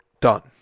Done